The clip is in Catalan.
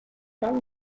cal